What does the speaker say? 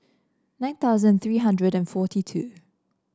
nine thousand three hundred and forty two